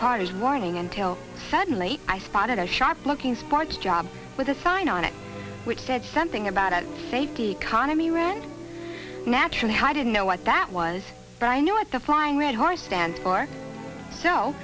warning until suddenly i spotted a sharp looking sports job with a sign on it which said something about a safety economy rent naturally i didn't know what that was but i know what the flying red heart stands for so